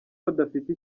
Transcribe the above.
badafite